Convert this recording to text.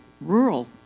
rural